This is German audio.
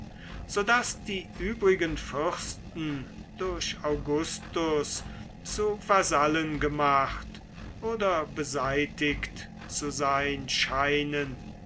daß die übrigen fürsten durch augustus zu vasallen gemacht oder beseitigt zu sein scheinen